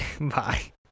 Bye